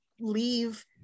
Leave